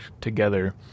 together